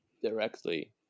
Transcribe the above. Directly